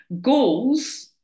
Goals